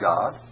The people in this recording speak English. God